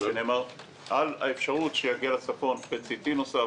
על האפשרות שיגיע לצפון- --- נוסף,